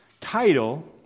title